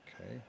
okay